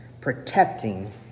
protecting